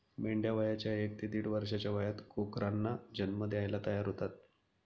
मेंढ्या वयाच्या एक ते दीड वर्षाच्या वयात कोकरांना जन्म द्यायला तयार होतात